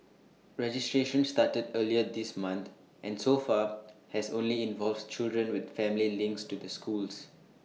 registration started earlier this month and so far has only involved children with family links to the schools